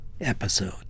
episode